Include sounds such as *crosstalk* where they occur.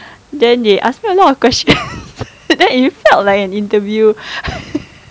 then they ask me a lot of questions *laughs* then it felt like an interview *laughs*